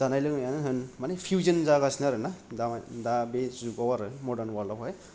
जानाय लोंनायानो होन माने पिउजन जागासिनो आरोना दामा दा बे जुगाव आरो मदार्न अवाल्दआवहाय